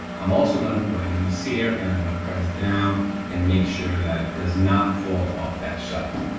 i'm also gonna right on the sear and i'm gonna press down and make sure that it does not fall of that shelf.